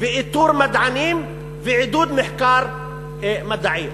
איתור מדענים ועידוד מחקר מדעי.